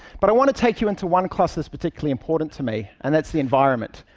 but i want to take you into one cluster that's particularly important to me, and that's the environment.